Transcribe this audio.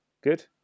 good